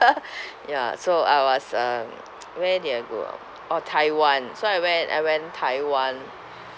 ya so I was um where did I go ah orh taiwan so I went I went taiwan